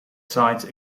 sides